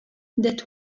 that